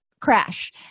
crash